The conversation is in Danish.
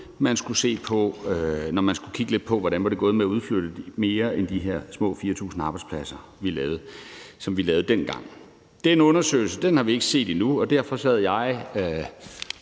at vi gerne så, at vi fik en undersøgelse af, hvordan det så var gået med at flytte mere end de her små 4.000 arbejdspladser, som vi gjorde dengang. Den undersøgelse har vi ikke set endnu. Derfor sad jeg